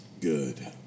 Good